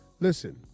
Listen